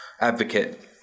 advocate